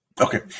Okay